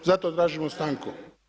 Zato tražimo stanku.